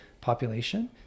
population